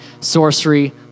sorcery